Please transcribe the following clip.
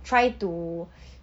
try to